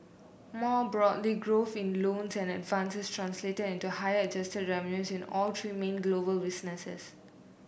more broadly growth in loans and advances translated into higher adjusted revenue in all three main global businesses